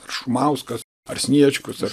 šumauskas ar sniečkus ar